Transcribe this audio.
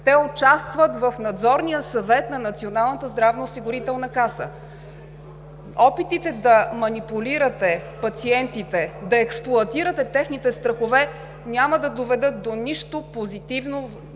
Те участват в Надзорния съвет на Националната здравноосигурителна каса. Колеги от опозицията, опитите да манипулирате пациентите, да експлоатирате техните страхове няма да доведат до нищо позитивно